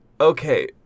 Okay